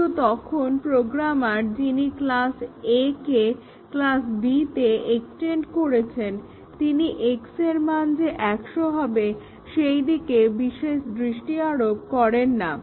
কিন্তু তখন প্রোগ্রামার যিনি ক্লাস A কে ক্লাস B তে এক্সটেন্ড করেছেন তিনি x এর মান যে 100 হবে সেই দিকে বিশেষ দৃষ্টি আরোপ করেন না